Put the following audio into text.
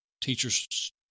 Teachers